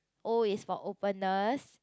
O it's for openness